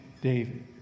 David